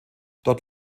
dort